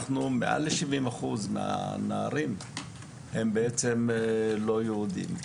אנחנו מעל לשבעים אחוז מהנערים הם בעצם לא יהודים.